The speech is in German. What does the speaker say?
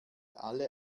alle